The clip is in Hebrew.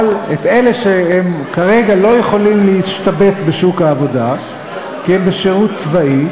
אבל את אלה שכרגע לא יכולים להשתבץ בשוק העבודה כי הם בשירות צבאי,